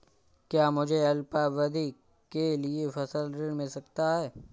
क्या मुझे अल्पावधि के लिए फसल ऋण मिल सकता है?